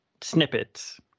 snippets